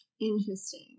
Interesting